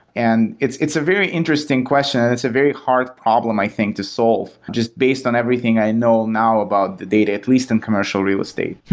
and it's it's a very interesting question. it's a very hard problem i think to solve just based on everything i know now about the data, at least in commercial real estate.